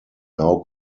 now